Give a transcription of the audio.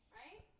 right